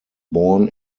born